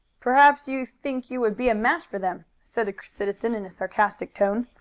perhaps you think you would be a match for them, said the citizen in a sarcastic tone.